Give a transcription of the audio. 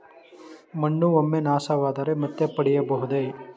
ಮಣ್ಣು ಒಮ್ಮೆ ನಾಶವಾದರೆ ಮತ್ತೆ ಪಡೆಯಬಹುದೇ?